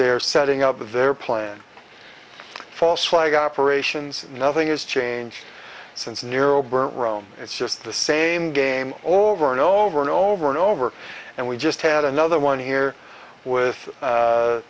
they're setting up of their plan false flag operations nothing has changed since nero burnt rome it's just the same game over and over and over and over and we just had another one here with